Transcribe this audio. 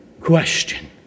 question